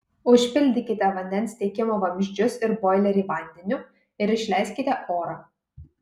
užpildykite vandens tiekimo vamzdžius ir boilerį vandeniu ir išleiskite orą